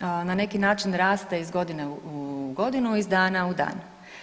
na neki način raste u godine u godinu, iz dana u dan.